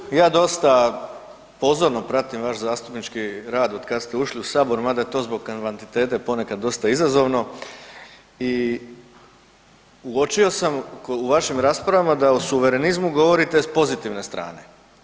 Kolega Bulj, ja dosta pozorno pratim vaš zastupnički rad otkad ste ušli u sabor mada je to zbog kvantitete ponekad dosta izazovno i uočio sam u vašim raspravama da o suverenizmu govorite s pozitivne strane.